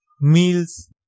meals